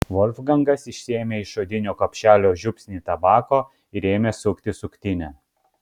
volfgangas išsiėmė iš odinio kapšelio žiupsnį tabako ir ėmė sukti suktinę